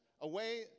away